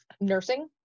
nursing